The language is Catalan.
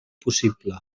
possible